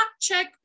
check